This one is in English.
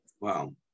Wow